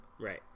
Right